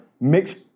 mixed